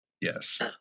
yes